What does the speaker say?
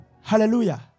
Hallelujah